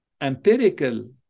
empirical